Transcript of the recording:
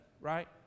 right